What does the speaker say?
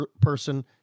person